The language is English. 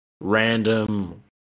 random